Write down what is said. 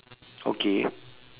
okay